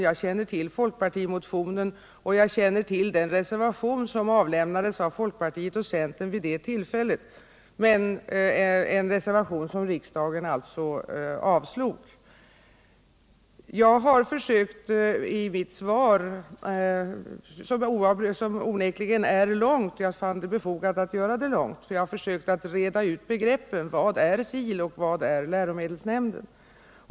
Jag känner till folkpartimotionen och den reservation som avlämnades av folkpartiet och centern vid det tillfället, en reservation som riksdagen alltså avslog. Mitt svar på fru Håkanssons interpellation är onekligen långt. Jag fann det befogat att göra svaret långt, för jag har försökt att reda ut begreppen: Vad är SIL, och vad är läromedelsnämnden?